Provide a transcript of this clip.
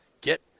get